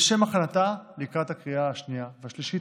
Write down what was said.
לשם הכנתה לקראת הקריאה השנייה והשלישית.